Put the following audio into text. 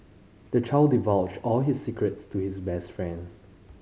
the child divulged all his secrets to his best friend